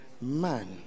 Man